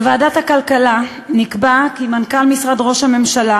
בוועדת הכלכלה נקבע כי מנכ"ל משרד ראש הממשלה